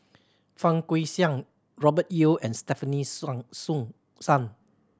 Fang Guixiang Robert Yeo and Stefanie Song Sun